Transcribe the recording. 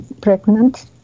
pregnant